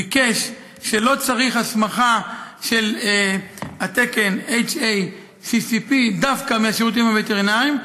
ביקש שלא יהיה צריך הסמכה לתקן HACCP דווקא מהשירותים הווטרינריים.